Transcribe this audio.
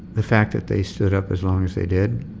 the fact that they stood up as long as they did